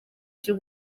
turi